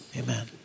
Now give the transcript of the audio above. Amen